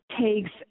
takes